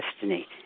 destiny